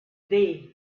day